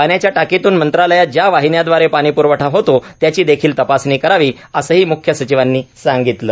पाण्याच्या टाकीतून मंत्रालयात ज्या वाहिन्यांद्वारे पाणी प्रवठा होतो त्यांची देखील तपासणी करावीए असंही म्ख्य सचिवांनी सांगितलं